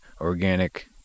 organic